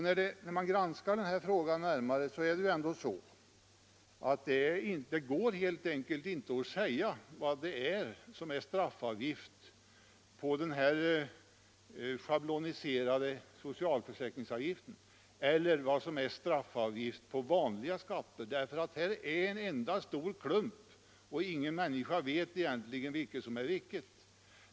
När man granskar denna fråga närmare finner man emellertid att det helt enkelt inte går att säga vad som är straffavgift på den schablonmässigt beräknade socialförsäkringsavgiften eller vad som är straffavgift på den vanliga skatten. Här är det en klumpsumma, och ingen vet egentligen vad som är vad.